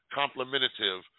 complimentative